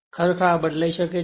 ખરેખર આ બદલાઈ શકે છે